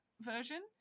version